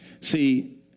See